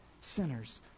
sinners